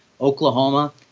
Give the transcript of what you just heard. Oklahoma